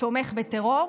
תומך בטרור,